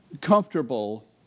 comfortable